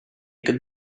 could